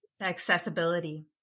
Accessibility